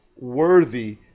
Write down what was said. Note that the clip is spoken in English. worthy